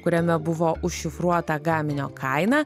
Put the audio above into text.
kuriame buvo užšifruota gaminio kaina